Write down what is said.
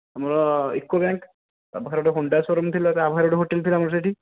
ଆମର UCO bank ତା'ପାଖରେ ଗୋଟିଏ ହୋଣ୍ଡା ସୋ ରୁମ୍ ଥିଲା ତା'ପାଖରେ ଗୋଟିଏ ହୋଟେଲ ଥିଲା ଆମର ସେଇଠି